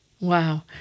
wow